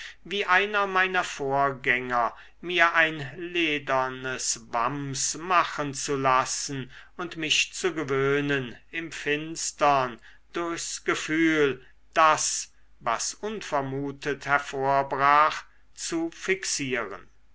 wie einer meiner vorgänger mir ein ledernes wams machen zu lassen und mich zu gewöhnen im finstern durchs gefühl das was unvermutet hervorbrach zu fixieren